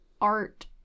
art